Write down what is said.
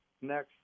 next